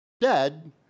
dead